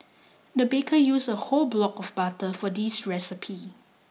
the baker used a whole block of butter for this recipe